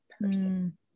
person